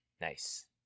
Nice